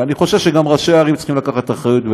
ואני חושב שגם ראשי הערים צריכים לקחת אחריות,